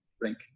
drink